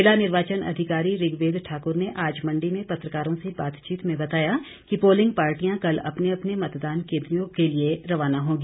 जिला निर्वाचन अधिकारी ऋग्वेद ठाकुर ने आज मंडी में पत्रकारों से बातचीत में बताया कि पोलिंग पार्टियां कल अपने अपने मतदान केंद्रों के लिए रवाना होंगी